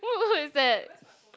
who who is that